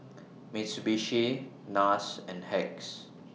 Mitsubishi Nars and Hacks